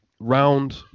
Round